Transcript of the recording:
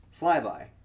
Flyby